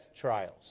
trials